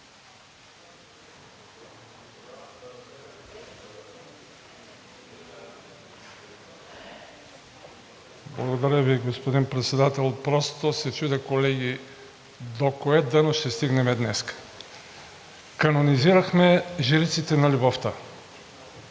Благодаря Ви, господин Председател. Просто се чудя, колеги, до кое дъно ще стигнем днес? Канонизирахме жриците на любовта,